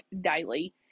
daily